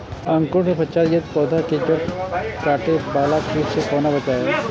अंकुरण के पश्चात यदि पोधा के जैड़ काटे बाला कीट से कोना बचाया?